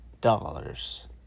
dollars